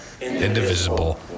indivisible